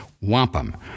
wampum